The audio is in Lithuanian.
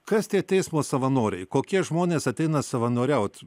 kas tie teismo savanoriai kokie žmonės ateina savanoriauti